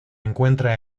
encuentra